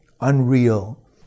unreal